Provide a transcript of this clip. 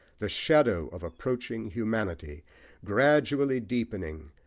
the shadow of approaching humanity gradually deepening,